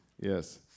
Yes